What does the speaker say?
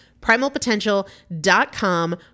Primalpotential.com